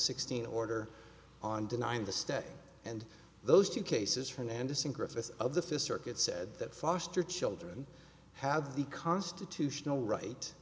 sixteen order on denying the step and those two cases from anderson griffith of the fist circuit said that foster children have the constitutional right